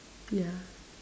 yeah